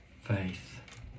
faith